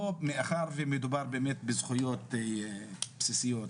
פה מאחר ומדובר באמת בזכויות בסיסיות,